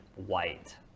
White